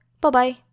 bye-bye